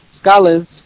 scholars